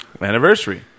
Anniversary